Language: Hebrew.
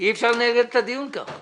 אי אפשר לנהל את הדיון כך.